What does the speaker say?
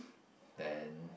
then